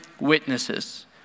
witnesses